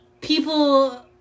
people